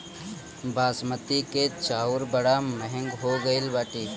बासमती के चाऊर बड़ा महंग हो गईल बाटे